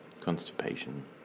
constipation